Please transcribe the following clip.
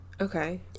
Okay